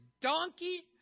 donkey